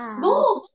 no